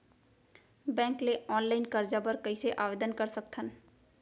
Bank ले online करजा बर कइसे आवेदन कर सकथन?